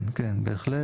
כן, כן, בהחלט.